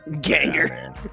ganger